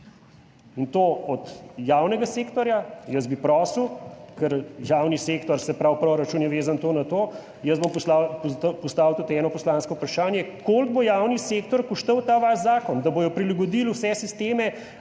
in to od javnega sektorja. Jaz bi prosil, ker javni sektor, se pravi proračun je vezan na to, jaz bom postavil tudi eno poslansko vprašanje, koliko bo javni sektor stal ta vaš zakon, da bodo prilagodili vse sisteme,